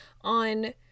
on